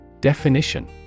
Definition